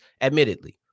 admittedly